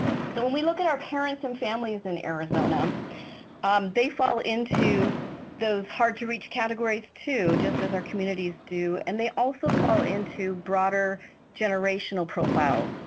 so when we look at our parents and families in arizona um they fall into those hard to reach categories too, just as our communities do, and they also fall into broader generational profiles.